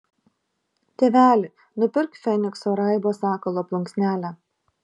tėveli nupirk fenikso raibo sakalo plunksnelę